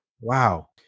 Wow